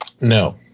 No